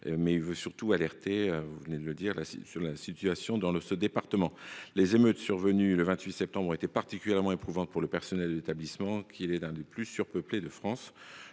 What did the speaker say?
mais ses auteurs souhaitent avant tout alerter sur la situation dans ce département. Les émeutes survenues le 28 septembre dernier ont été particulièrement éprouvantes pour le personnel de l’établissement, qui est l’un des plus surpeuplés de France.